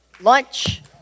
Lunch